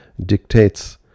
dictates